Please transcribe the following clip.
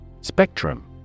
Spectrum